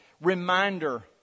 reminder